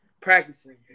practicing